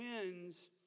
wins